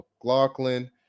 McLaughlin